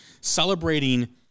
celebrating